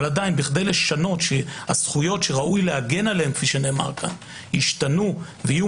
עדיין כדי לשנות שהזכויות שראוי להגן עליהן כאמור ישתנו ויהיו